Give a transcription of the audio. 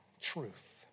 truth